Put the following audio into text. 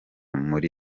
muri